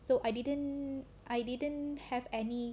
so I didn't I didn't have any